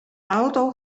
auto